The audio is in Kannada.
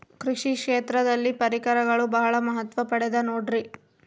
ಕೃಷಿ ಕ್ಷೇತ್ರದಲ್ಲಿ ಪರಿಕರಗಳು ಬಹಳ ಮಹತ್ವ ಪಡೆದ ನೋಡ್ರಿ?